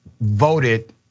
voted